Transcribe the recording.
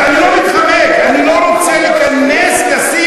אני לא רוצה לדבר מהצד.